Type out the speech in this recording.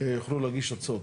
יוכלו להגיש הצעות.